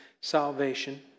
salvation